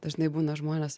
dažnai būna žmonės